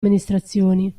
amministrazioni